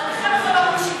אף אחד אחר פה לא מקשיב.